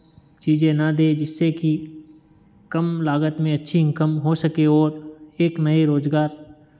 चीज़ें ना दें जिससे कि कम लागत में अच्छी इन्कम हो सके और एक नए रोज़गार